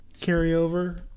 carryover